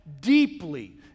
deeply